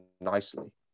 nicely